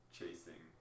chasing